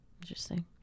Interesting